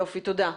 יופי, תודה.